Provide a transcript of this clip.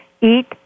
Eat